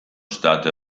state